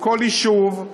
בכל יישוב,